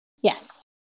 Yes